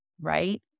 Right